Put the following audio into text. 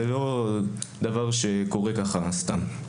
זה לא דבר שקורה כך סתם.